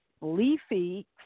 Leafy